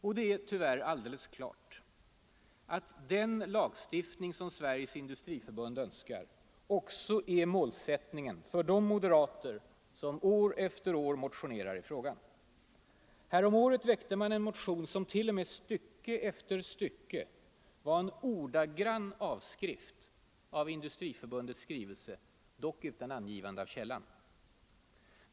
Och det är tyvärr alldeles klart att den lagstiftning som Sveriges Industriförbund önskar också är målsättningen för de moderater som år efter år motionerar i frågan. Häromåret väckte man en motion som t.o.m. stycke efter stycke var en ordagrann avskrift av Industriförbundets skrivelse, dock utan angivande av källan.